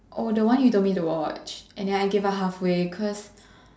oh the one is the way to watch and then I gave up halfway cause